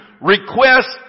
request